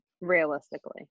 Realistically